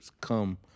come